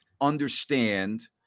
understand